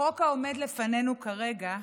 החוק העומד לפנינו כרגע,